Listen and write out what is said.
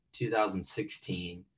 2016